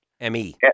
M-E